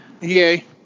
Yay